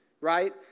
right